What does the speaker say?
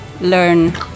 learn